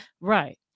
Right